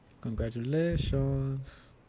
Congratulations